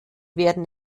werden